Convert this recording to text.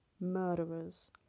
MURDERERS